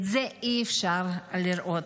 את זה אי-אפשר לראות.